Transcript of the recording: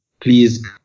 please